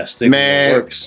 Man